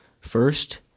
First